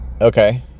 okay